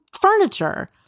furniture